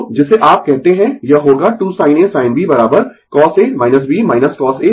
तो जिसे आप कहते है यह होगा 2 sin A sin B cosA B cos A B